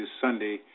Sunday